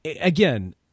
again